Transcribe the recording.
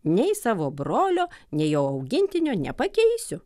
nei savo brolio nei jo augintinio nepakeisiu